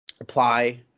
apply